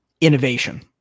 innovation